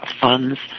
funds